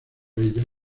ella